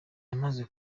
yamaze